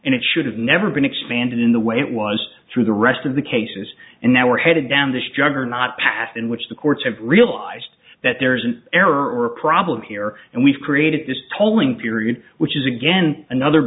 and it should have never been expanded in the way it was through the rest of the cases and now we're headed down this jogger not passed in which the courts have realized that there is an error problem here and we've created this polling period which is again another